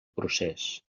procés